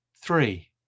three